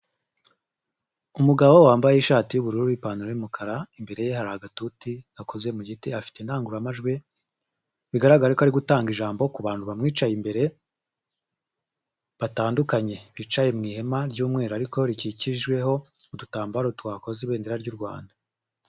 Umugabo wambaye ishati y'ubururu n'ipantaro y'umukara imbere ye hari agatuti gakoze mu giti, afite indangururamajwi bigaragara ko ari gutanga ijambo ku bantu bamwicaye imbere batandukanye bicaye mu ihema ry'umweru ariko rikikijweho udutambaro twakoze ibendera ry'u Rwanda.